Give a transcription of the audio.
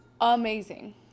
Amazing